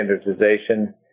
standardization